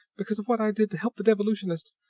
because of what i did to help the devolutionist.